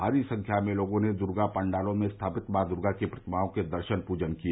भारी संख्या में लोगों ने दुर्गा पाण्डालों में स्थापित माँ दुर्गा की प्रतिमाओं के दर्शन पूजन किए